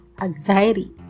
anxiety